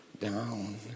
down